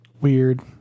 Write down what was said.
Weird